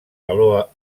galó